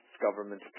government